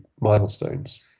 milestones